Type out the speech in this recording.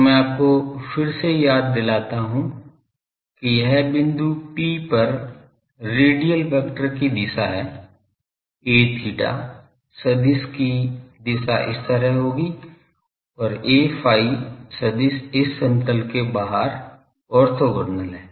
तो मैं आपको फिर से याद दिलाता हूं कि यह बिंदु P पर रेडियल वेक्टर की दिशा है a θ सदिश की दिशा इस तरह होगी और a ϕ सदिश इस समतल के बाहर ऑर्थोगोनल है